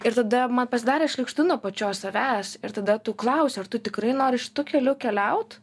ir tada man pasidarė šlykštu nuo pačios savęs ir tada tu klausi ar tu tikrai nori šitu keliu keliaut